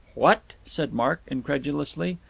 what, said mark incredulously,